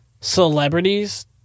celebrities